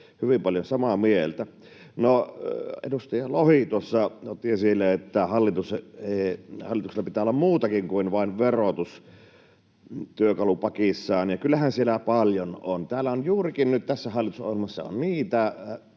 hyvin paljon samaa mieltä. No, edustaja Lohi tuossa otti esille, että hallituksella pitää olla muutakin kuin vain verotus työkalupakissaan, ja kyllähän siellä paljon on. Täällä on juurikin nyt tässä hallitusohjelmassa niitä